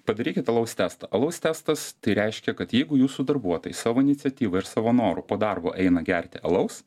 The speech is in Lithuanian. padarykit alaus testą alaus testas tai reiškia kad jeigu jūsų darbuotojai savo iniciatyva ir savo noru po darbo eina gerti alaus